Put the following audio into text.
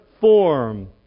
form